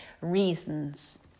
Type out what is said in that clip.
reasons